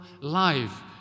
life